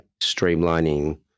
Streamlining